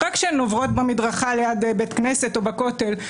רק כשהן עוברות במדרכה ליד בית כנסת, או בכותל.